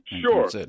Sure